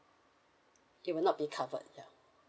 it will not be covered ya